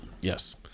Yes